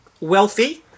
wealthy